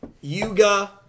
Yuga